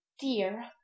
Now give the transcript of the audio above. dear